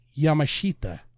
yamashita